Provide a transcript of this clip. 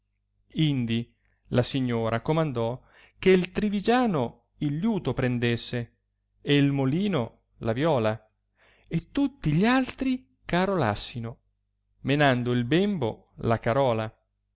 indi la signora comandò che trivigiano il liuto prendesse e molino la viola e tutti gli altri carolassino menando il bembo la carola